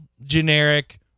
generic